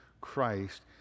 Christ